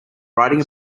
riding